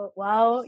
wow